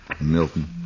Milton